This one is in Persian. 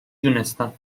دونستم